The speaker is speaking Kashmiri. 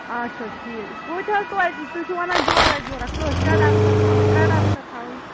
اَچھا حظ ٹھیٖک کۭتیاہ حظ توتہِ تُہۍ چھُو وَنان جورا جورا کٔژ شےٚ ڈَبہٕ چھا تھاوٕنۍ ترٛےٚ ڈَبہٕ چھا تھاوٕنۍ